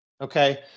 Okay